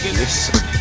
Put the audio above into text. listen